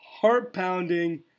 heart-pounding